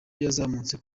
yazamutse